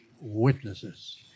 witnesses